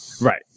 Right